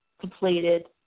completed